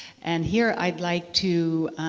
and here i'd like to